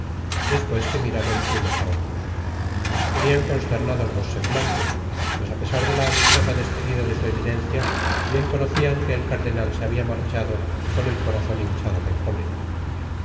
despues se miraron unos á olros i tenian consternados los semblantes pues apesar de la amistosa despedida de su eminencia bien conocian que el cardenal se habia marchado con el corazon hinchado de cólera